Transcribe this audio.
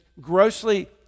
grossly